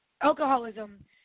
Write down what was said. Alcoholism